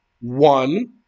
One